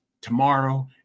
tomorrow